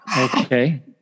Okay